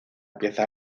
pieza